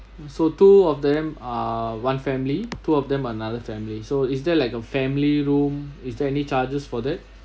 so two of them are one family two of them another family so is there like a family room is there any charges for that